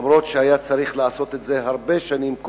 למרות שהיה צריך לעשות את זה לפני הרבה שנים,